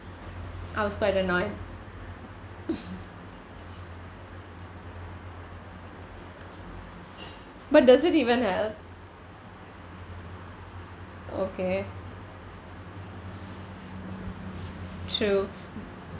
I was quite annoyed but does it even help okay true